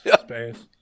space